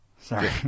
sorry